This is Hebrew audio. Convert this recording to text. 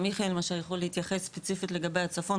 גם יחיא מה שיכול להתייחס ספציפית לגבי הצפון,